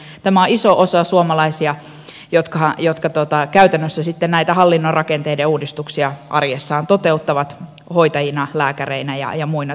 on iso osa suomalaisia jotka käytännössä sitten näitä hallinnon rakenteiden uudistuksia arjessaan toteuttavat hoitajina lääkäreinä ja muuna terveydenhuollon henkilöstönä